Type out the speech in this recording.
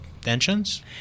tensions